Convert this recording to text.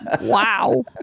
Wow